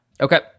Okay